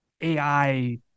AI